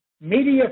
media